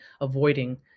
avoiding